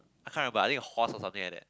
I can't but I think horse or something like that